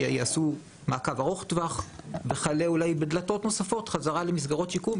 שיעשו מעקב ארוך טווח וכלה אולי בדלתות נוספות חזרה למסגרות שיקום,